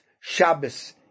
Shabbos